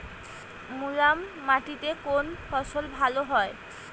মুরাম মাটিতে কোন ফসল ভালো হয়?